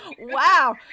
wow